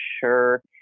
sure